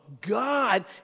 God